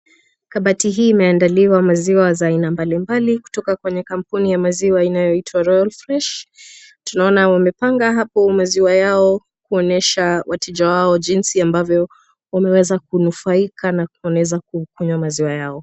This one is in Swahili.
Kabati hii imeandaliwa maziwa za aina mbali mbali, kutoka kwenye kampuni ya maziwa inayoitwa Royal Fresh . Tunaona wamepanga hapo maziwa yao, kuonyesha wateja wao jinsi ambavyo wameweza kunufaika na wanaweza kukunywa maziwa yao.